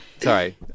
sorry